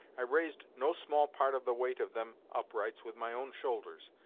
i raised no small part of the weight of them uprights with my own shoulders,